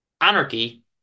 anarchy